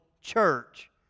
church